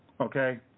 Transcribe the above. okay